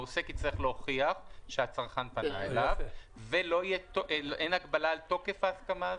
העוסק יצטרך להוכיח שהצרכן פנה אליו ואין הגבלה על תוקף ההסכמה הזאת?